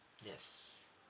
yes